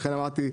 לכן אמרתי,